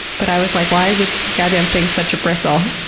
but i was like, why is this goddamn thing such a bristle?